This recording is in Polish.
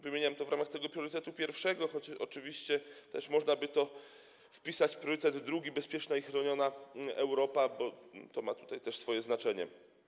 Wymieniam to w ramach priorytetu pierwszego, choć oczywiście też można by to wpisać w priorytet drugi - chodzi o bezpieczną i chronioną Europę - bo to ma tutaj też swoje znaczenie.